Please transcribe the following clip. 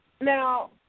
now